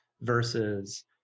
versus